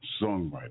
songwriter